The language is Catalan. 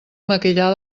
maquillar